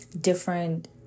different